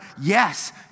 Yes